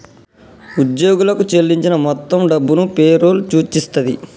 ఉద్యోగులకు చెల్లించిన మొత్తం డబ్బును పే రోల్ సూచిస్తది